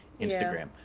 Instagram